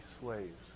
slaves